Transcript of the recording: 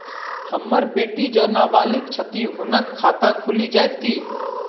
हम्मर बेटी जेँ नबालिग छथि हुनक खाता खुलि जाइत की?